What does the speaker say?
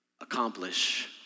accomplish